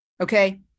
okay